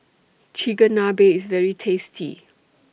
Chigenabe IS very tasty